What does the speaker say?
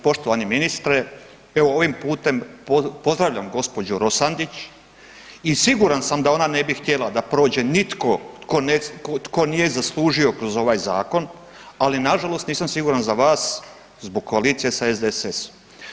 Poštivani ministre, evo ovim putem pozdravljam gospođu Rosandić i siguran sam da ona ne bi htjela da prođe nitko tko nije zaslužio kroz ovaj zakon ali nažalost nisam siguran za vas zbog koalicije sa SDSS-om.